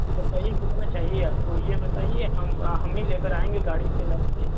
बताइए कितना चाहिए आपको ये बताइए हम हम ही ले कर आएँगे गाड़ी से लाएँगे